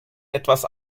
etwas